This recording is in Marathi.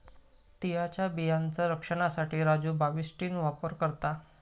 तिळाच्या बियांचा रक्षनासाठी राजू बाविस्टीन वापर करता